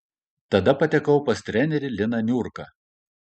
tada patekau pas trenerį liną niurką